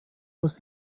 aus